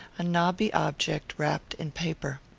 a knobby object wrapped in paper.